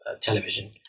television